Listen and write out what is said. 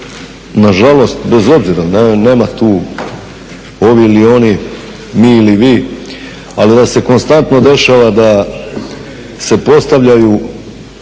nažalost bez obzira nema tu ovi ili oni, mi ili vi ali da se konstantno dešava da se postavljaju